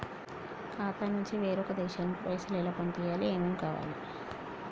ఖాతా నుంచి వేరొక దేశానికి పైసలు ఎలా పంపియ్యాలి? ఏమేం కావాలి?